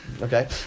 Okay